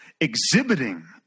exhibiting